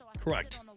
Correct